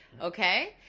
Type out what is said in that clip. Okay